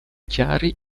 chiari